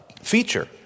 feature